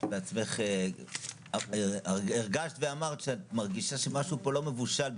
את בעצמך הרגשת ואמרת שאת מרגישה שמשהו פה לא מבושל,